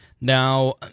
Now